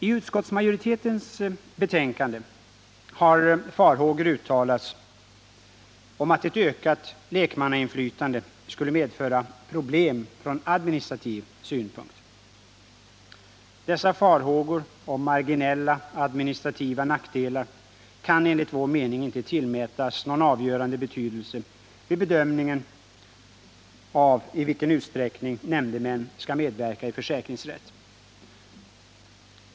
I utskottsmajoritetens skrivning har farhågor uttalats om att ett ökat lekmannainflytande skulle medföra problem från administrativ synpunkt. Dessa farhågor om marginella, administrativa nackdelar kan enligt vår mening inte tillmätas någon avgörande betydelse vid bedömningen av i vilken utsträckning nämndemän skall medverka i försäkringsrätt.